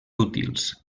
útils